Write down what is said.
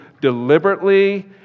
deliberately